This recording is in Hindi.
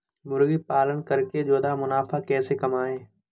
मुर्गी पालन करके ज्यादा मुनाफा कैसे कमाएँ?